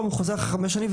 וחוזר עוד פעם אחרי חמש שנים,